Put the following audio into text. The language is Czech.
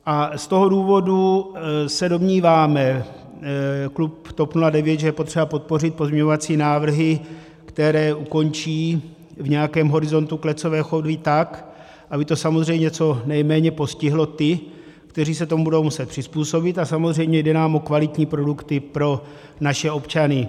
A z toho důvodu se domníváme, klub TOP 09, že je potřeba podpořit pozměňovací návrhy, které ukončí v nějakém horizontu klecové chovy tak, aby to samozřejmě co nejméně postihlo ty, kteří se tomu budou muset přizpůsobit, a samozřejmě jde nám o kvalitní produkty pro naše občany.